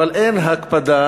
אבל אין הקפדה